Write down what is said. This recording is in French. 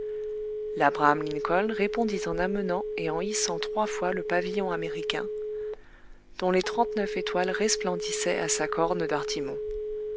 labraham lincoln répondit en amenant et en hissant trois fois le pavillon américain dont les trente-neuf étoiles resplendissaient à sa corne d'artimon